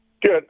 Good